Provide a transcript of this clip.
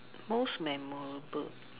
most memorable